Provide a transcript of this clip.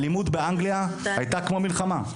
האלימות באנגליה היתה כמו מלחמה.